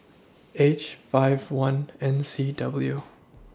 H five one N C W